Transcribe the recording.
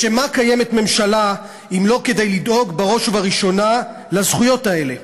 לשם מה קיימת ממשלה אם לא כדי לדאוג בראש ובראשונה לזכויות האלה?